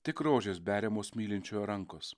tik rožes beriamos mylinčiojo rankos